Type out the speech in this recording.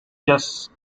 yes